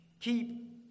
keep